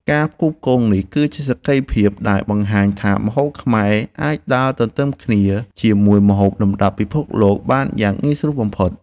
ការផ្គូផ្គងនេះគឺជាសក្ខីភាពដែលបង្ហាញថាម្ហូបខ្មែរអាចដើរទន្ទឹមគ្នាជាមួយម្ហូបលំដាប់ពិភពលោកបានយ៉ាងងាយស្រួលបំផុត។